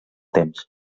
temps